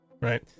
right